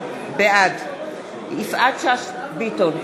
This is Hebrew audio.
בעד יפעת שאשא ביטון,